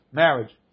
marriage